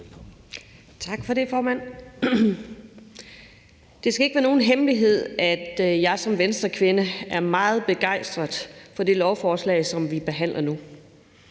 Tak for det, formand. Det skal ikke være nogen hemmelighed, at jeg som Venstrekvinde er meget begejstret for det lovforslag, som vi behandler nu,